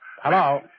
Hello